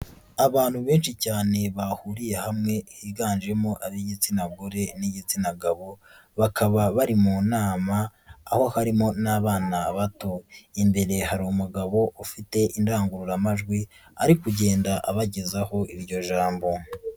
Abantu benshi cyane bahuriye hamwe higanjemo ab'igitsina gore n'igitsina gabo, bakaba bari mu nama aho harimo n'abana bato, imbere hari umugabo ufite indangururamajwi ari kugenda abagezaho iryo jambo.